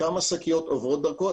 כמה שקיות עוברות דרכו,